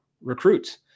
recruits